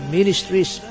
Ministries